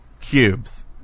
cubes